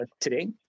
today